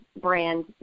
brand